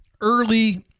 early